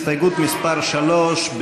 הסתייגות מס' 3,